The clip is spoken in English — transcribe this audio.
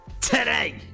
Today